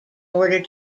order